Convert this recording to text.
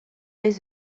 des